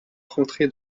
rentré